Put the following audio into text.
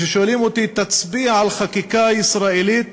תצביע על חקיקה ישראלית